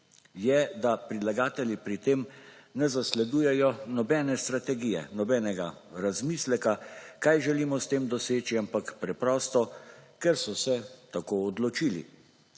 je, da predlagatelji pri tem ne zasledujejo nobene strategije, nobenega razmisleka, kaj želimo s tem doseči, ampak preprosto, ker so se tako odločili.